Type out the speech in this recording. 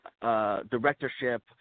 directorship